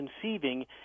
conceiving